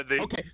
Okay